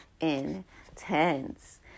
intense